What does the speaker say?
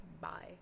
Bye